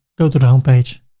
go to the home page,